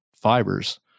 fibers